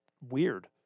weird